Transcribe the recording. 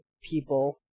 people